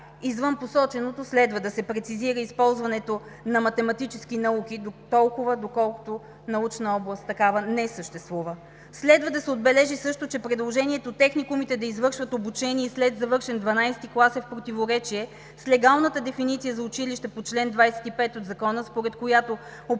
Извън посоченото, следва да се прецизира използването на математически науки дотолкова, доколкото в научна област такава не съществува. Следва да се отбележи също, че предложението техникумите да извършват обучение след завършен XII клас е в противоречие с легалната дефиниция за училище по чл. 25 от Закона, според която определящата